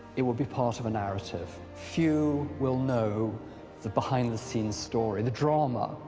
it will be part of a narrative. few will know the behind-the-scenes story, the drama,